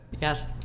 Yes